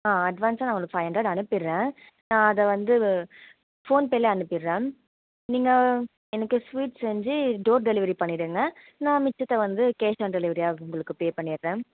ஆ அட்வான்ஸ்ஸாக நான் உங்களுக்கு ஃபைவ் ஹண்ட்ரேட் அனுப்பிடுறேன் நான் அதை வந்து ஃபோன்பேலேயே அனுப்பிடுறேன் நீங்கள் எனக்கு ஸ்வீட் செஞ்சு டோர் டெலிவரி பண்ணிவிடுங்க நான் மிச்சத்தை வந்து கேஷ் ஆன் டெலிவரியாக உங்களுக்கு பே பண்ணிடுறேன்